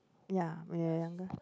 ya when I younger